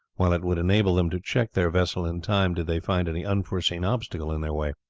while it would enable them to check their vessel in time did they find any unforeseen obstacle in their way.